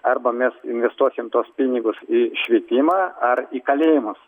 arba mes investuokim tuos pinigus į švietimą ar į kalėjimus